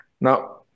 Now